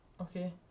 Okay